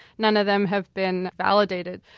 none of them have been validated.